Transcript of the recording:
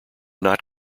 not